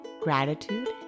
Gratitude